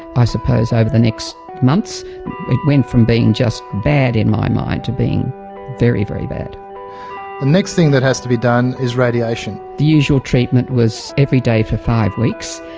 i suppose over the next months it went from being just bad in my mind to being very, very bad. the next thing that has to be done is radiation. the usual treatment was every day for five weeks,